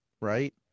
right